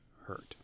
hurt